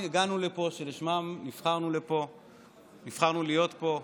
הגענו לפה, שלשמם נבחרנו להיות פה,